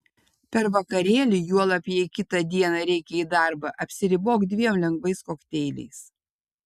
per vakarėlį juolab jei kitą dieną reikia į darbą apsiribok dviem lengvais kokteiliais